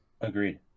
Agreed